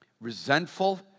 resentful